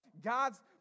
God's